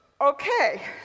Okay